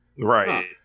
Right